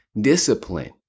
Discipline